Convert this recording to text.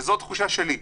וזו התחושה שלי,